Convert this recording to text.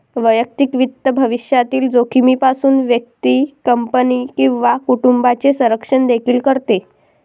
वैयक्तिक वित्त भविष्यातील जोखमीपासून व्यक्ती, कंपनी किंवा कुटुंबाचे संरक्षण देखील करते